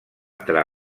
entrar